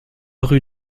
rue